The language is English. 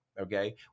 okay